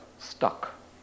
stuck